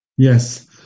Yes